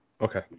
Okay